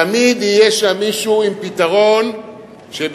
תמיד יהיה שם מישהו עם פתרון שבשבילך,